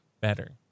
better